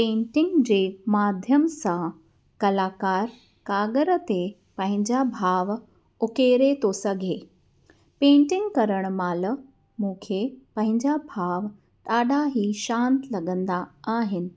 painting जे माध्यम सां कलाकार काॻर ते पंहिंजा भाव उकेरे थो सघे पेंटिंग करणु महिल मूंखे पंहिंजा भाव ॾाढा ई शांत लॻंदा आहिनि